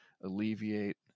alleviate